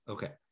Okay